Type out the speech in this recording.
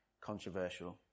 controversial